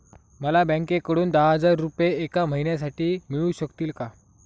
मला बँकेकडून दहा हजार रुपये एक महिन्यांसाठी मिळू शकतील का?